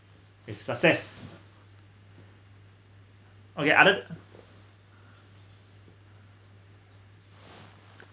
with success okay other